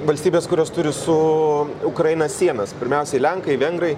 valstybės kurios turi su ukraina sienas pirmiausiai lenkai vengrai